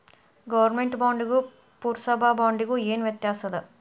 government ಬಾಂಡಿಗೂ ಪುರ್ಸಭಾ ಬಾಂಡಿಗು ಏನ್ ವ್ಯತ್ಯಾಸದ